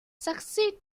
succeed